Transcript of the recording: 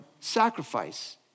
sacrifice